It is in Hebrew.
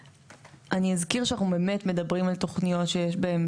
אני אזכיר שאנחנו באמת מדברים על תוכניות שיש בהן